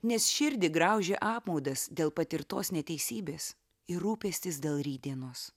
nes širdį graužė apmaudas dėl patirtos neteisybės ir rūpestis dėl rytdienos